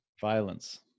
Violence